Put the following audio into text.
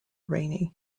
rainy